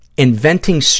inventing